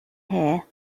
here